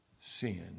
sin